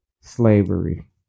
Slavery